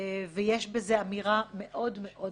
ויש בזה אמירה מאוד מאוד משמעותית.